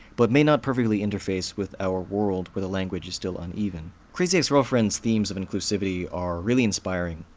but may not perfectly interface with our world, where the language is still uneven. crazy ex-girlfriend's themes of inclusivity are really inspiring,